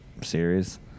series